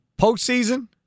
postseason